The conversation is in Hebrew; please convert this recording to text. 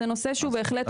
זה נושא שבהחלט נמצא בבחינה.